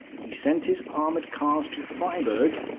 he sent his armoured cars to freyberg,